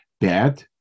bad